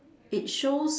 it shows